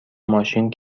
ماشین